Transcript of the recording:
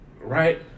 Right